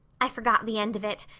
i forgot the end of it,